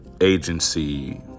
agency